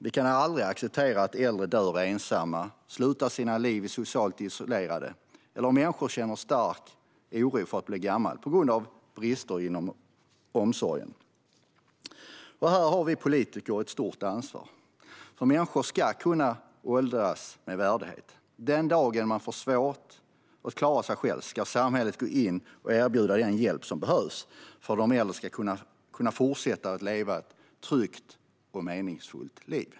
Vi kan aldrig acceptera att äldre dör ensamma eller slutar sina liv socialt isolerade eller att människor känner stark oro för att bli gamla på grund av brister inom omsorgen. Här har vi politiker ett stort ansvar, för människor ska kunna åldras med värdighet. Den dag man får svårt att klara sig själv ska samhället gå in och erbjuda den hjälp som behövs för att äldre ska kunna fortsätta leva ett tryggt och meningsfullt liv.